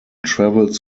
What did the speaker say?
travels